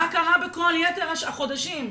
מה קרה בכל יתר החודשים?